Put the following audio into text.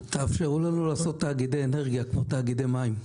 תאפשרו לנו לעשות תאגידי אנרגיה, כמו תאגידי מים.